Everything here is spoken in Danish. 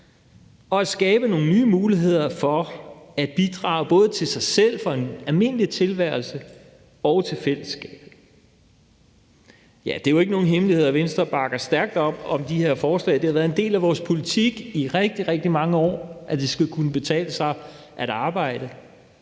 og skabe nogle nye muligheder for at bidrage, både til sig selv for at få en almindelig tilværelse og til fællesskabet. Det er jo ikke nogen hemmelighed, at Venstre bakker stærkt op om de her forslag. Det har været en del af vores politik i rigtig, rigtig mange år, at det skal kunne betale sig at arbejde,